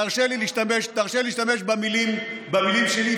תרשה לי להשתמש במילים שלי.